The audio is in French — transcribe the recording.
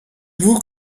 vous